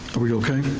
are we okay?